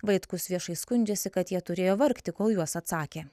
vaitkus viešai skundžiasi kad jie turėjo vargti kol juos atsakė